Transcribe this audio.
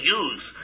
use